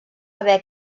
haver